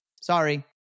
Sorry